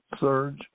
Surge